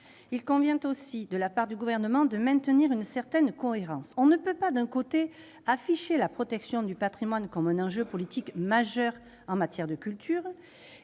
Il convient aussi, de la part du Gouvernement, de maintenir une certaine cohérence : on ne peut pas d'un côté afficher la protection du patrimoine comme un enjeu politique majeur en matière de culture,